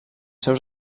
seus